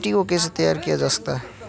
मिट्टी को कैसे तैयार किया जाता है?